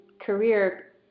career